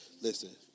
Listen